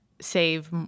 save